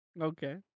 Okay